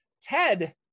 Ted